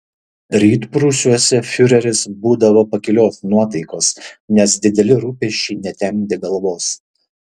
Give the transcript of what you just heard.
rytprūsiuose fiureris būdavo pakilios nuotaikos nes dideli rūpesčiai netemdė galvos